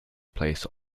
place